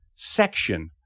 section